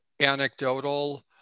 anecdotal